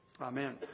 Amen